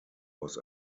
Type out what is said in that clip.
was